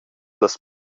las